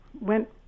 went